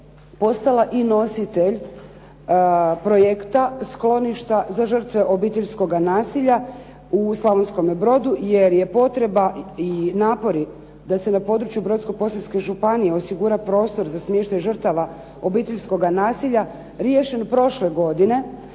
postala i nositelj projekta skloništa za žrtve obiteljskoga nasilja u Slavonskome brodu. Jer je potreba i napori da se na području Brodsko-posavske županije osigura prostor za smještaj žrtava obiteljskoga nasilja, riješen prošle godine